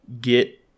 get